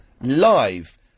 live